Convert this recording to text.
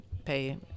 pay